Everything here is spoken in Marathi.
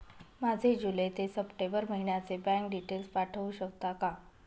माझे जुलै ते सप्टेंबर महिन्याचे बँक डिटेल्स पाठवू शकता का?